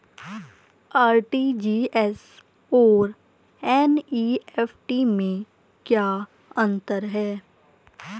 RTGS और NEFT में क्या अंतर है?